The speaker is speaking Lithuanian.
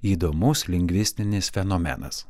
įdomus lingvistinis fenomenas